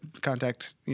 contact